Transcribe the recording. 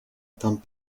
temps